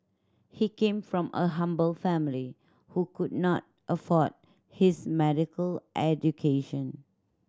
he came from a humble family who could not afford his medical education